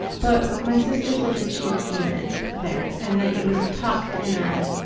but my sister said that she had seen it there and like it was tucked in a